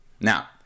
Now